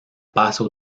paso